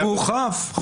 הוא חף.